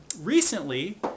recently